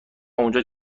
اونجا